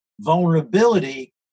Vulnerability